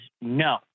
no